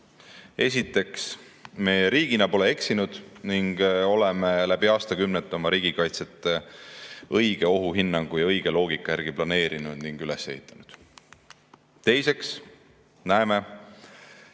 Esiteks, me riigina pole eksinud ning oleme läbi aastakümnete oma riigikaitset õige ohuhinnangu ja õige loogika järgi planeerinud ning üles ehitanud. Teiseks näeme,